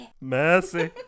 Mercy